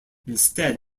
instead